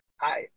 Hi